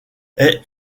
est